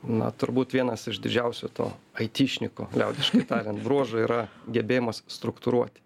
na turbūt vienas iš didžiausių to aitišniko liaudiškai tariant bruožų yra gebėjimas struktūruoti